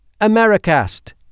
AmeriCast